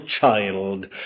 child